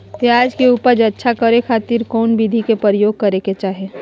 प्याज के उपज अच्छा करे खातिर कौन विधि के प्रयोग करे के चाही?